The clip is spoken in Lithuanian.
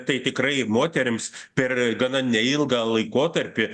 tai tikrai moterims per gana neilgą laikotarpį